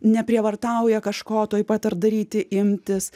neprievartauja kažko tuoj pat ar daryti imtis